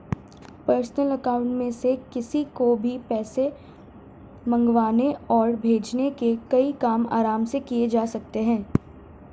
personal account में से किसी को भी पैसे मंगवाने और भेजने के कई काम आराम से किये जा सकते है